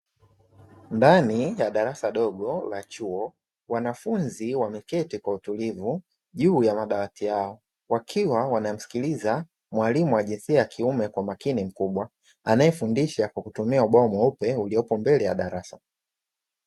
Ndani ya darasa dogo la chuo wanafunzi wameketi kwa utulivu juu ya madawati yao, wakiwa wanamsikiliza mwalimu wa jinsia ya kiume kwa umakini mkubwa. Anayefundisha kwa kutumia ubao mweupe uliopo mbele ya darasa.